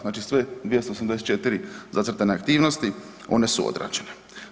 Znači sve 284 zacrtane aktivnosti, one su odrađene.